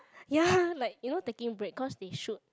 ya like you know taking break because they shoot